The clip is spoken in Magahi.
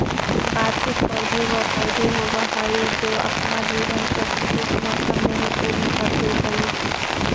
वार्षिक पौधे व पौधे होवअ हाई जो अपना जीवन चक्र एक मौसम में ही पूर्ण कर ले हई